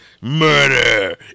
Murder